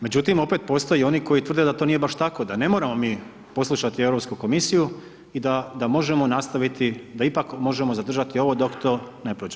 Međutim, opet postoje i oni koji tvrde da to nije baš tako, da ne moramo mi poslušati Europsku komisiju i da, da možemo nastaviti, da ipak možemo zadržati ovo dok to ne prođe.